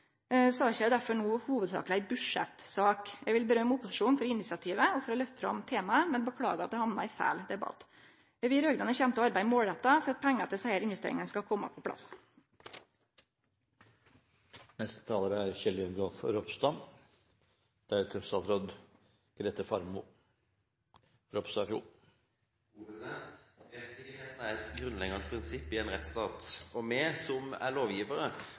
saka er derfor no hovudsakleg ei budsjettsak. Eg vil rose opposisjonen for initiativet og for å løfte fram temaet, men beklagar at det hamna i feil debatt. Vi raud-grøne kjem til å arbeide målretta for at pengar til desse investeringane skal kome på plass. Rettssikkerheten er et grunnleggende prinsipp i en rettsstat, og vi som er